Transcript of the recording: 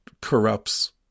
corrupts